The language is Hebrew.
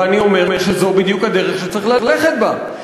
ואני אומר שזאת בדיוק הדרך שצריך ללכת בה.